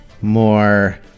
More